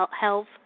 health